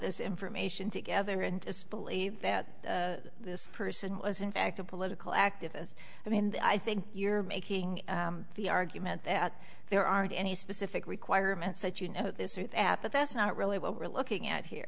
this information together and believe that this person was in fact a political activist i mean i think you're making the argument that there aren't any specific requirements that you know this or that apophis not really what we're looking at here